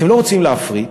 אתם לא רוצים להפריט,